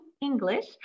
English